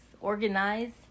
Organized